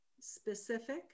specific